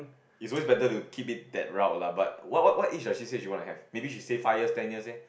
it's always better to keep it that route lah but what what age does she say she wants to have maybe she says five years ten years leh